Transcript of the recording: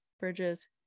Bridges